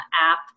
app